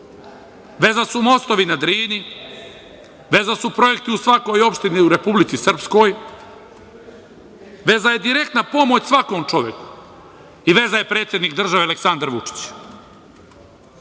veza su mostovi na Drini, veza su projekti u svakoj opštini u Republici Srpskoj, veza je direktna pomoć svakom čoveku i veza je predsednik države Aleksandar Vučić.